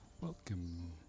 welcome